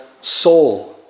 soul